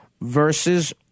versus